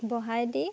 বহাই দি